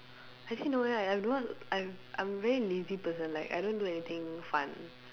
actually no eh I I don't want I'm I'm a very lazy person like I don't do anything fun